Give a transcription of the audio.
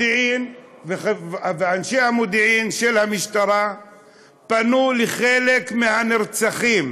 אנשי המודיעין של המשטרה פנו לחלק מהנרצחים,